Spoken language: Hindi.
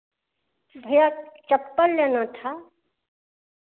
भैया चप्पल लेना था